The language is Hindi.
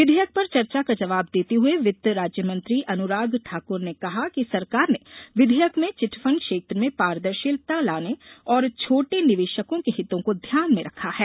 विधेयक पर चर्चा का जवाब देते हुए वित्त राज्यमंत्री अनुराग ठाकुर ने कहा कि सरकार ने विधेयक में चिट फंड क्षेत्र में पारदर्शिता लाने और छोटे निवेशकों के हितों को ध्यान में रखा है